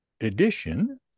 edition